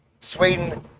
Sweden